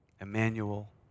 Emmanuel